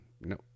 no